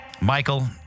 Michael